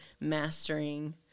mastering